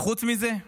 וחוץ מזה,